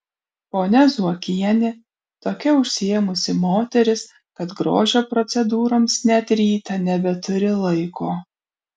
ponia zuokienė tokia užsiėmusi moteris kad grožio procedūroms net rytą nebeturi laiko